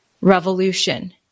revolution